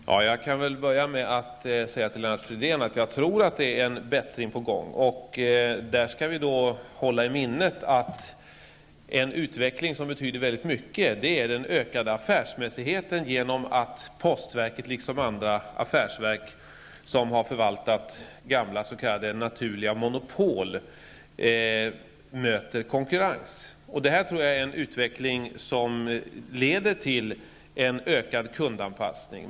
Fru talman! Jag kan börja med att säga till Lennart Fridén att jag tror att det är en bättring på gång. Där skall vi hålla i minnet att en utveckling som betyder väldigt mycket är den ökade affärsmässigheten, genom att postverket, liksom andra affärsverk som har förvaltat gamla s.k. naturliga monopol, möter konkurrens. Det här är en utveckling som leder till en ökad kundanpassning.